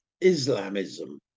islamism